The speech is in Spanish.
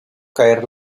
caer